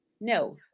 No